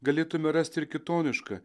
galėtume rasti ir kitonišką